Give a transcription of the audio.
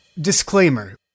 Disclaimer